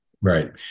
Right